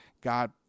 God